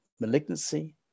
malignancy